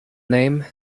name